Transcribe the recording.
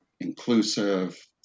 inclusive